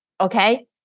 Okay